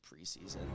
preseason